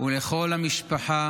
ולכל המשפחה,